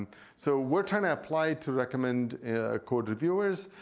so we're trying to apply to recommend code reviewers,